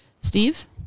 Steve